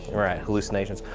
right, hallucinations.